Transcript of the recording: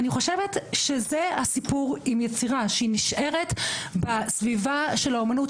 אני חושבת שזה הסיפור עם יצירה שהיא נשארת בסביבה של האומנות,